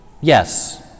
Yes